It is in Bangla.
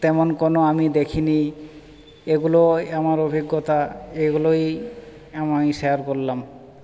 তেমন কোনো আমি দেখি নি এগুলোই আমার অভিজ্ঞতা এগুলোই আমি শেয়ার করলাম